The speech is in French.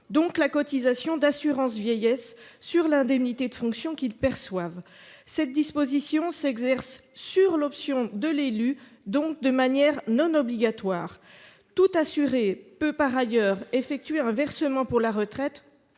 dont la cotisation d'assurance vieillesse, sur l'indemnité de fonction qu'ils perçoivent. Cette disposition s'exerce sur option par l'élu, donc de manière non obligatoire. Par ailleurs, tout assuré peut effectuer un versement pour la retraite